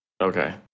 Okay